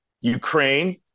Ukraine